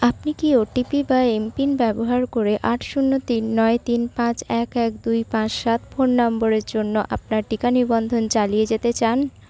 আপনি কি ওটিপি বা এমপিন ব্যবহার করে আট শূন্য তিন নয় তিন পাঁচ এক এক দুই পাঁচ সাত ফোন নম্বরের জন্য আপনার টিকা নিবন্ধন চালিয়ে যেতে চান